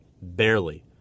barely